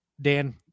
Dan